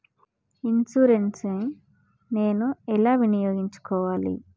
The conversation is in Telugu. ఇన్సూరెన్సు ని నేను ఎలా వినియోగించుకోవాలి?